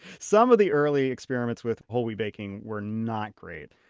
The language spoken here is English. some of the early experiments with whole wheat baking were not great.